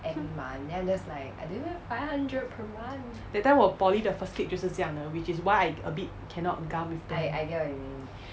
that time 我 poly 的 first week 就是这样的 which is why I a bit cannot gum with them